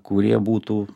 kurie būtų